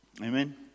amen